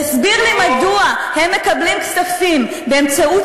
תסביר לי מדוע הם מקבלים כספים באמצעות